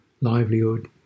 livelihood